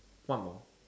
one more